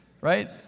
right